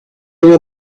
were